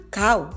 cow